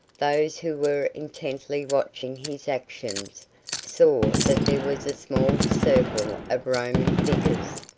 those who were intently watching his actions saw that there was a small circle of roman figures,